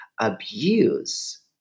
abuse